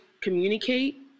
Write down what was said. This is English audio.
communicate